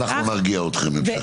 אנחנו נרגיע אתכם בהמשך.